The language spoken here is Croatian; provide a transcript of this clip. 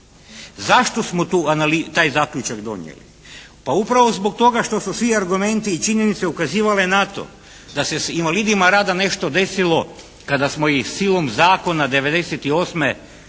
Zašto smo tu analizu, taj Zaključak donijeli? Pa upravo zbog toga što su svi argumenti i činjenice ukazivale na to da se s invalidima rada nešto desilo kada smo ih silom zakona '98. s